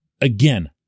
Again